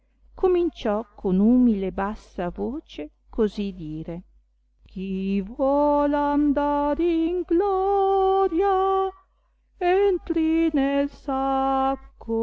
cominciò con umile e bassa voce così dire chi vuol andare in gloria entri nel